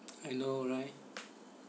I know right